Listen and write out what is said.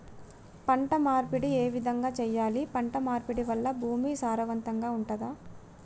పంట మార్పిడి ఏ విధంగా చెయ్యాలి? పంట మార్పిడి వల్ల భూమి సారవంతంగా ఉంటదా?